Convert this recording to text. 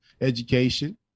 education